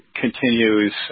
continues